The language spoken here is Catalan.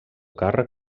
càrrec